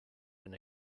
been